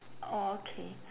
orh okay